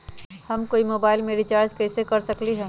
हम कोई मोबाईल में रिचार्ज कईसे कर सकली ह?